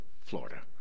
Florida